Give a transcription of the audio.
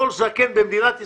כל זקן במדינת ישראל,